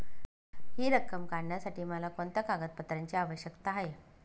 हि रक्कम काढण्यासाठी मला कोणत्या कागदपत्रांची आवश्यकता आहे?